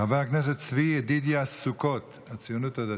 חבר הכנסת צבי ידידיה סוכות, הציונות הדתית.